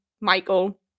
Michael